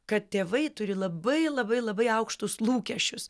kad tėvai turi labai labai labai aukštus lūkesčius